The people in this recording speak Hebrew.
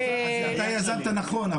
אתה יזמת נכון,